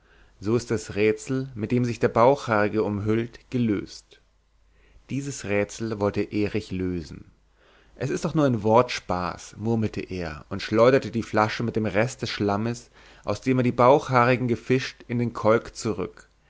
so ist das rätsel mit dem sich der bauchhaarige umhüllt gelöst dieses rätsel wollte erich lösen es ist doch nur ein wortspaß murmelte er und schleuderte die flasche mit dem rest des schlammes aus dem er die bauchhaarigen gefischt in den kolk zurück